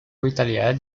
vitalidad